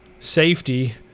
Safety